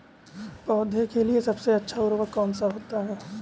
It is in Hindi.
पौधे के लिए सबसे अच्छा उर्वरक कौन सा होता है?